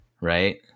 right